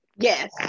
Yes